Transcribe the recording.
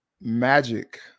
magic